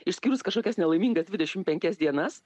išskyrus kažkokias nelaimingas dvidešim penkias dienas